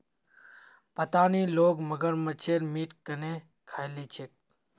पता नी लोग मगरमच्छेर मीट केन न खइ ली छेक